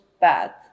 bad